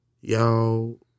y'all